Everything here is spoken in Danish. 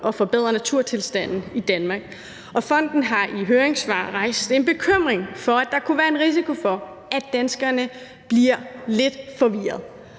at forbedre naturtilstanden i Danmark, og fonden har i sit høringssvar rejst en bekymring for, at der kunne være en risiko for, at danskerne bliver lidt forvirret.